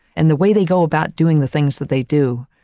and the way they go about doing the things that they do,